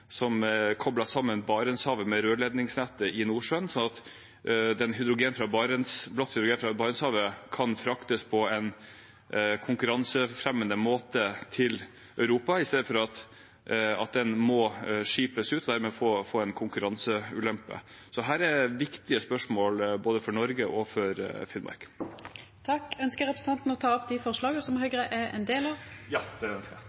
som kobler sammen Barentshavet med rørledningsnettet i Nordsjøen, slik at blått hydrogen fra Barentshavet kan fraktes på en konkurransefremmende måte til Europa, i stedet for at den må skipes ut og dermed få en konkurranseulempe. Her er det viktige spørsmål både for Norge og for Finnmark. Jeg tar opp det forslaget som Høyre er en del av. Då har representanten Bård Ludvig Thorheim teke opp det